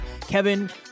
Kevin